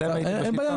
אתם --- אין בעיה,